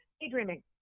daydreaming